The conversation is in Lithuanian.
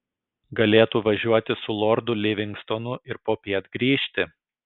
galėtų važiuoti su lordu livingstonu ir popiet grįžti